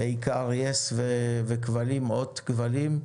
בעיקר יס והוט בכבלים,